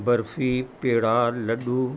बर्फ़ी पेड़ा लॾूं